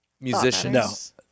musicians